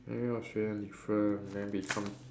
ah ya 学历分 then become